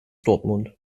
dortmund